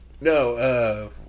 no